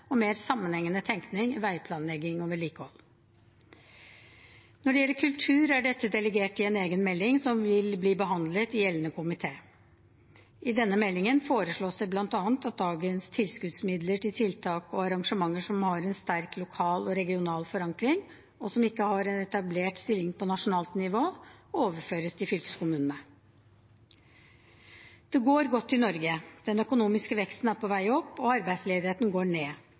og mer sammenhengende tenkning, veiplanlegging og vedlikehold. Når det gjelder kultur, er dette delegert i en egen melding, som vil bli behandlet i gjeldende komité. I denne meldingen foreslås det bl.a. at dagens tilskuddsmidler til tiltak og arrangementer som har en sterk lokal og regional forankring, og som ikke har en etablert stilling på nasjonalt nivå, overføres til fylkeskommunene. Det går godt i Norge. Den økonomiske veksten er på vei opp, og arbeidsledigheten går ned.